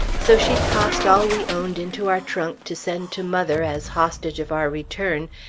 so she tossed all we owned into our trunk to send to mother as hostage of our return,